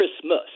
Christmas